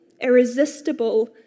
irresistible